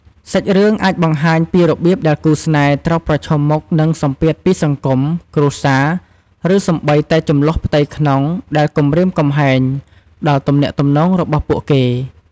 សាច់រឿងអាចបង្ហាញពីរបៀបដែលគូស្នេហ៍ត្រូវប្រឈមមុខនឹងសម្ពាធពីសង្គម គ្រួសារ ឬសូម្បីតែជម្លោះផ្ទៃក្នុងដែលគំរាមកំហែងដល់ទំនាក់ទំនងរបស់ពួកគេ។